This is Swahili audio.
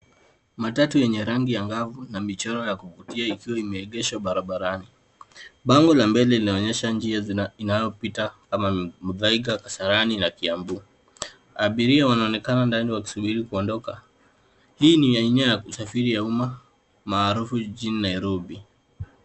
Matatu yenye rangi angavu na michoro ya kuvutia ikiwa imeegeshwa barbarani. Bango la mbele linaonyesha njia inayo pita kama Muthaiga, kasarani na Kiambu. Abiria wanaonekana ndani wakisubiri kuondoka. Hii ni aina ya usafiri wa umma maarufu jijini Nairobi.